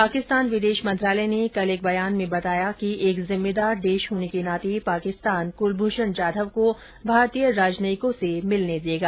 पाकिस्तान विदेश मंत्रालय ने कल एक बयान में बताया कि एक जिम्मेदार देश होने के नाते पाकिस्तान कुलभूषण जाधव को भारतीय राजनयिकों से मिलने देगा